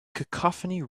cacophony